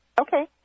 Okay